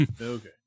Okay